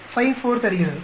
54 தருகிறது